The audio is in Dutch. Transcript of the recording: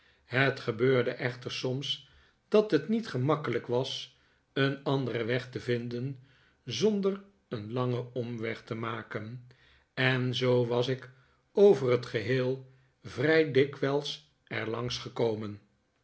het gebeurde echter soms dat het niet gemakkelijk was een anderen weg te vinden zonder een langen omweg te maken en zoo was ik over het geheel vrij dikwijls er